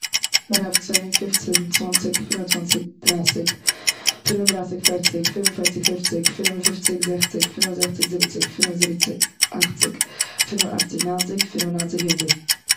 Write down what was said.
פינעף, צען, פופצן, צוואנציג, פינעף און צוואנציג, דרייסיג, פינעף און דרייסיג, פערציג, פינעף און פערציג, פופציג, פינעף און פופציג, זעכציג, פינעף און זעכציג, זיבעציג, פינעף און זיבעציג, אכציג, פינעף און אכציג, ניינציג, פינעף און ניינציג, הונדערט.